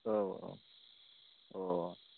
औ औ